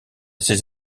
ses